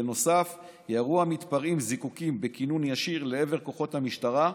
בנוסף ירו המתפרעים זיקוקים בכינון ישיר לעבר כוחות המשטרה,